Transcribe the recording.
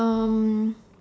um